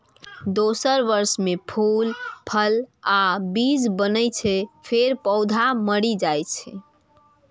दोसर वर्ष मे फूल, फल आ बीज बनै छै, फेर पौधा मरि जाइ छै